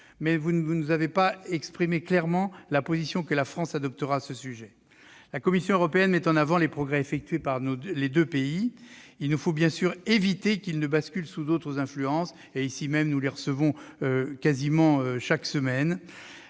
Mais vous n'avez pas clairement exprimé la position que la France adoptera à ce sujet. La Commission européenne met en avant les progrès effectués par ces deux pays. Il nous faut bien sûr éviter qu'ils ne basculent sous d'autres influences- ici même, nous recevons leurs représentants quasiment chaque semaine.